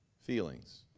Feelings